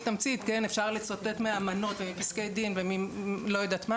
אפשר לצטט מאמנות ומפסקי דין ולא יודעת מה